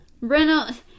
Reynolds